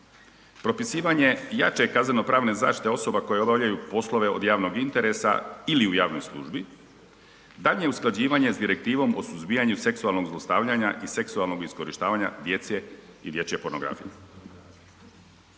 propisivanje jače kaznenopravne zaštite osoba koje obavljaju poslove od javnog interesa ili u javnoj službi, daljnje usklađivanje s Direktivom o suzbijanju seksualnog zlostavljanja i seksualnog iskorištavanja djece i dječje pornografije.